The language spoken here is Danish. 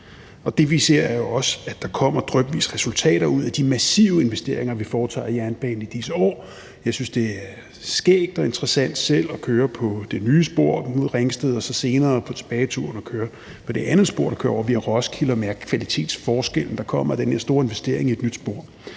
Det, vi ser, er jo også, at der drypvis kommer resultater ud af de massive investeringer, vi foretager i jernbanen i disse år. Jeg synes, det er skægt og interessant selv at køre på det nye spor mod Ringsted og så senere på tilbageturen at køre på det andet spor, der kører via Roskilde, og mærke kvalitetsforskellen, der kommer af den her store investering i et nyt spor.